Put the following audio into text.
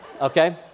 okay